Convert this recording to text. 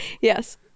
yes